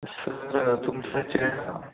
sir तुमचा चेहरा